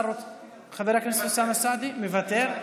חבר הכנסת אוסאמה סעדי, מוותר.